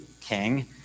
king